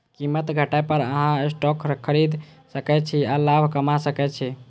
कीमत घटै पर अहां स्टॉक खरीद सकै छी आ लाभ कमा सकै छी